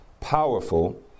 powerful